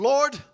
Lord